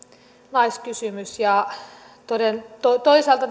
naiskysymys toisaalta